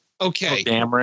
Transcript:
Okay